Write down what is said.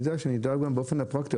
שנדע גם באופן הפרקטי.